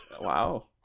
Wow